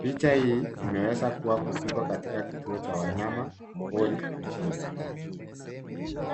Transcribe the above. Picha hii imeweza kuwa kupigwa katika kituo cha wanyama pori nchini.